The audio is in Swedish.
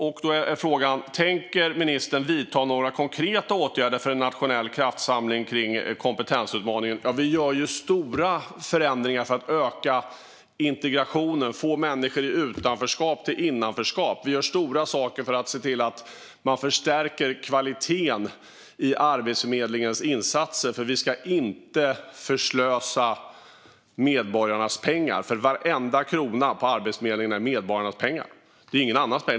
Första frågan är: Tänker ministern vidta några konkreta åtgärder för en nationell kraftsamling om kompetensutmaningen? Vi gör stora förändringar för att öka integrationen och få människor i utanförskap till innanförskap. Vi gör stora saker för att förstärka kvaliteten på Arbetsförmedlingens insatser. Vi ska inte förslösa medborgarnas pengar. Varenda krona på Arbetsförmedlingen är medborgarnas pengar. Det är ingen annans pengar.